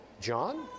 John